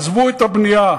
עזבו את הבנייה,